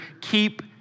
Keep